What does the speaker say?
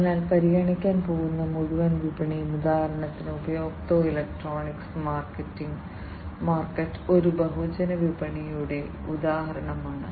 അതിനാൽ പരിഗണിക്കാൻ പോകുന്ന മുഴുവൻ വിപണിയും ഉദാഹരണത്തിന് ഉപഭോക്തൃ ഇലക്ട്രോണിക്സ് മാർക്കറ്റ് ഒരു ബഹുജന വിപണിയുടെ ഉദാഹരണമാണ്